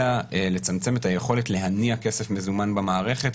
אלא לצמצם את היכולת להניע כסף מזומן במערכת,